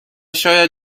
شاید